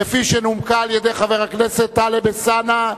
כפי שנומקה על-ידי חבר הכנסת טלב אלסאנע.